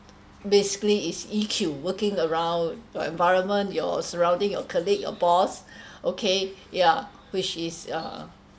basically is E_Q working around your environment your surrounding your colleague your boss okay yeah which is uh